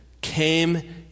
came